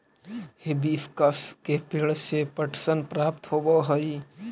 hibiscus के पेंड़ से पटसन प्राप्त होव हई